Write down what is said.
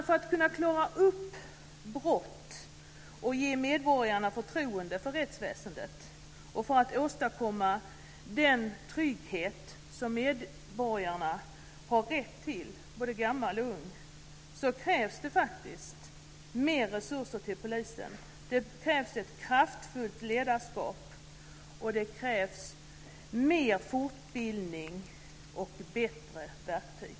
För att kunna klara upp brott och ge medborgarna förtroende för rättsväsendet och för att åstadkomma den trygghet som medborgarna har rätt till, både gammal och ung, krävs det faktiskt mer resurser till polisen, ett kraftfullt ledarskap och mer fortbildning och bättre verktyg.